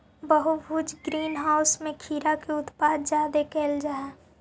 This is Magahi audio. बहुभुज ग्रीन हाउस में खीरा के उत्पादन जादे कयल जा हई